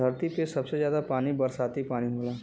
धरती पे सबसे जादा पानी बरसाती पानी होला